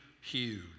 huge